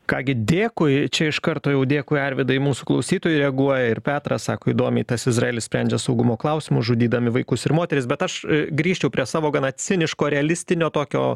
ką gi dėkui čia iš karto jau dėkui arvydai mūsų klausytojai reaguoja ir petras sako įdomiai tas izraelis sprendžia saugumo klausimus žudydami vaikus ir moteris bet aš grįžčiau prie savo gana ciniško realistinio tokio